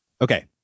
Okay